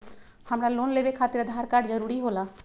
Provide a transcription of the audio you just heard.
हमरा लोन लेवे खातिर आधार कार्ड जरूरी होला?